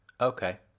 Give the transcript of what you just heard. Okay